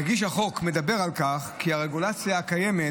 מגיש החוק מדבר על כך שהרגולציה הקיימת